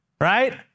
right